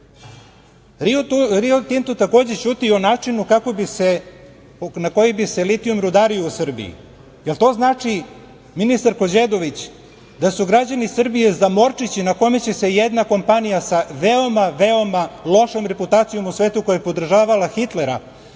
i o načinu kako bi se, na koji bi se litijum, rudario u Srbiji. Da li to znači ministarko Đedović, da su građani Srbije zamorčići na kome će se jedna kompanija sa veoma lošom reputacijom u svetu koju je podržavala Hitlera,